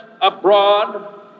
abroad